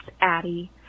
Addie